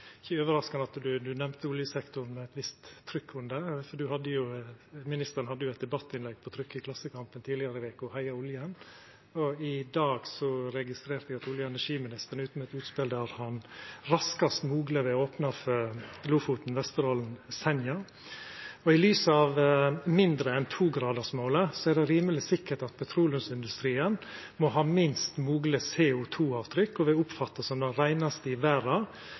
ikkje overraskande at finansministeren nemner oljesektoren med eit visst trykk, for ho hadde eit debattinnlegg på trykk i Klassekampen tidlegare i veka med tittelen «Heia oljen!». I dag registrerer eg at olje- og energiministeren er ute med eit utspel der han raskast mogleg vil opna for utvinning utanfor Lofoten, Vesterålen og Senja. I lys av mindre enn togradarsmålet er det rimeleg sikkert at petroleumsindustrien må ha minst mogleg CO 2 -avtrykk og verta oppfatta som den reinaste i verda